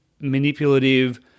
manipulative